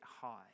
high